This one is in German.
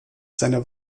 seine